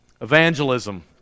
Evangelism